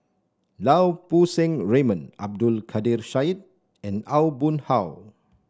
Lau Poo Seng Raymond Abdul Kadir Syed and Aw Boon Haw